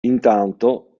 intanto